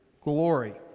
glory